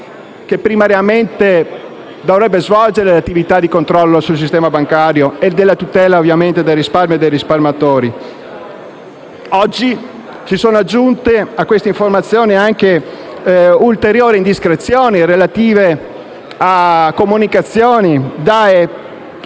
che primariamente dovrebbe svolgere l'attività di verifica sul sistema bancario e di tutela del risparmio e dei risparmiatori. Oggi si sono aggiunte a queste informazioni anche ulteriori indiscrezioni relative a comunicazioni da